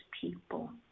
people